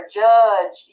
judge